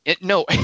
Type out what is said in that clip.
No